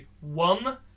one